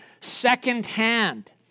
secondhand